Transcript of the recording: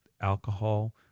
alcohol